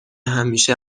همیشه